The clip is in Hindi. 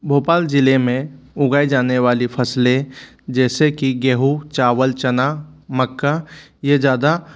भोपाल जिले में उगाई जाने वाली फसलें जैसे कि गेहूँ चावल चना मक्का ये ज़्यादा